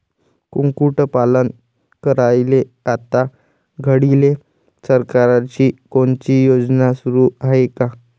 कुक्कुटपालन करायले आता घडीले सरकारची कोनची योजना सुरू हाये का?